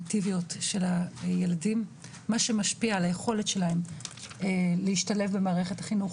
לחטיבות ביניים ולתיכונים היום במערכת החינוך